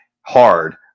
hard